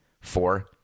four